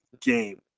game